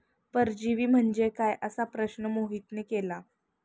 परजीवी म्हणजे काय? असा प्रश्न मोहितने केला